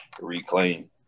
reclaim